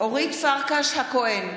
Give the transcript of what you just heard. אורית פרקש הכהן,